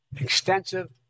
extensive